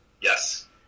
Yes